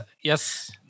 yes